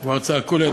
כבר צעקו לי,